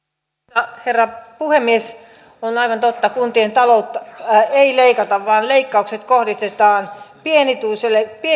arvoisa rouva puhemies on aivan totta että kuntien taloutta ei leikata vaan leikkaukset kohdistetaan pienituloisille köyhille